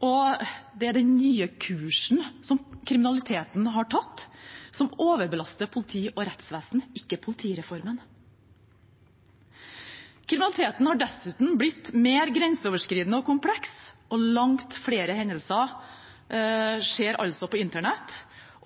og det er den nye kursen som kriminaliteten har tatt, som overbelaster politi og rettsvesen, ikke politireformen. Kriminaliteten har dessuten blitt mer grenseoverskridende og kompleks, og langt flere hendelser skjer altså på internett,